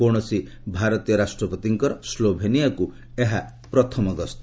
କୌଣସି ଭାରତୀୟ ରାଷ୍ଟ୍ରପତିଙ୍କର ସ୍ଲୋଭେନିଆକୁ ଏହା ପ୍ରଥମ ଗସ୍ତ ହେବ